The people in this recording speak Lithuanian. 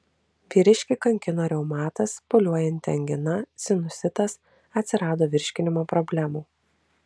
vyriškį kankino reumatas pūliuojanti angina sinusitas atsirado virškinimo problemų